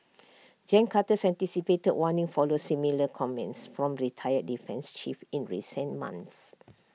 gen Carter's anticipated warning follows similar comments from retired defence chiefs in recent months